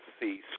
see